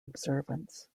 observance